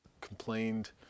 complained